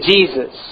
Jesus